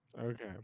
Okay